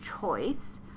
choice